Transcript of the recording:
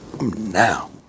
now